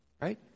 Right